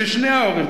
שני ההורים.